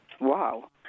Wow